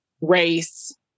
race